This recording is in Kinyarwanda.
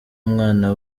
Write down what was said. mwana